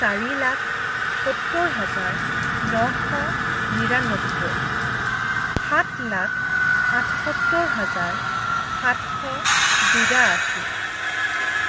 চাৰি লাখ সত্তৰ হাজাৰ নশ নিৰান্নব্বৈ সাত লাখ আঠসত্তৰ হাজাৰ সাতশ বিয়াশী